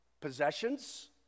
possessions